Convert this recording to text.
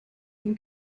ihm